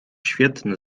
świetny